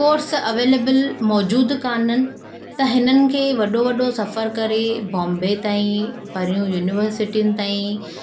course available मौजूदु कान्हनि त हिननि खे वॾो वॾो सफ़रु करे बॉम्बे ताईं परियूं युनिवर्सिटियुनि ताईं